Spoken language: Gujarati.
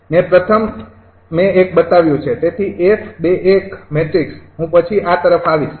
મેં પ્રથમ મેં એક બતાવ્યું છે તેથી 𝑓2𝑙 મેટ્રિક્સ હું પછી આ તરફ આવીશ